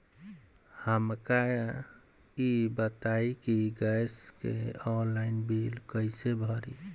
हमका ई बताई कि गैस के ऑनलाइन बिल कइसे भरी?